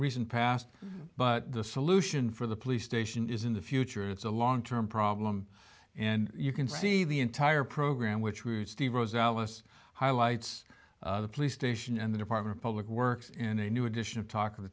recent past but the solution for the police station is in the future it's a long term problem and you can see the entire program which routes the roads alice highlights the police station and the department of public works in a new edition of talk of the